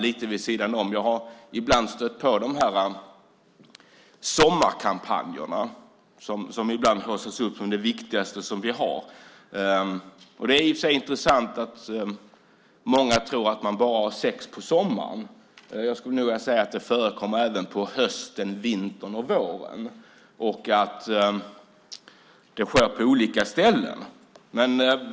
Lite vid sidan om kan jag tillägga att jag har stött på de här sommarkampanjerna som ibland haussas upp som det viktigaste vi har. Det är intressant att många tror att man bara har sex på sommaren. Jag skulle nog vilja säga att det förekommer även på hösten, vintern och våren, och det sker på olika ställen.